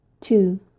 Two